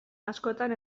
askotan